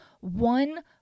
one